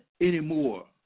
anymore